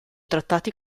trattati